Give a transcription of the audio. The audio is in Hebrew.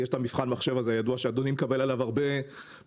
כי יש את מבחן המחשב הידוע הזה שאדוני מקבל עליו הרבה פניות,